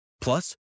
Plus